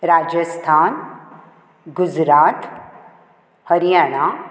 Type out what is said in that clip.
Rajasthan Gujarat Haryana